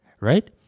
right